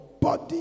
body